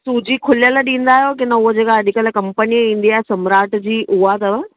सूजी खुलियल ॾींदा आहियो की न उहा जेका अॼुकल्ह कंपनीअ जी ईंदी आहे सम्राट जी उहा अथव